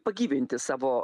pagyvinti savo